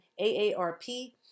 AARP